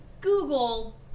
Google